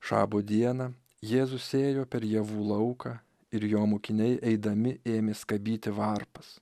šabo dieną jėzus ėjo per javų lauką ir jo mokiniai eidami ėmė skabyti varpas